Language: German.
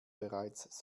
bereits